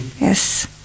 Yes